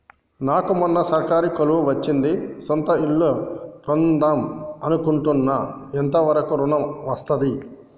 నాకు మొన్న సర్కారీ కొలువు వచ్చింది సొంత ఇల్లు కొన్దాం అనుకుంటున్నా ఎంత వరకు ఋణం వస్తది?